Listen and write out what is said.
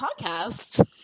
Podcast